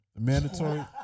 Mandatory